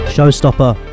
Showstopper